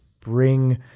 bring